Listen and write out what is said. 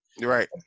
Right